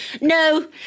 No